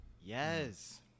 Yes